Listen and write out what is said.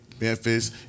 Memphis